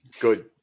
good